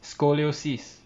scoliosis